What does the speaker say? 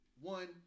one